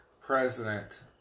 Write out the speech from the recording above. president